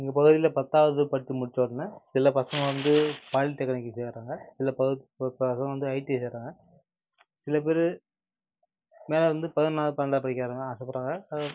எங்கள் பகுதியில் பத்தாவது படித்து முடித்த உடனே சில பசங்கள் வந்து பாலிடெக்னிக்கு சேர்கிறாங்க சில பசங்கள் வந்து ஐடிஐ சேர்கிறாங்க சில பேர் மேலே வந்து பதினொன்றாவது பன்னெண்டாவது படிக்கணும்னு ஆசைப்பட்றாங்க